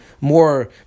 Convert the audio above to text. more